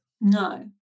no